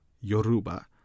Yoruba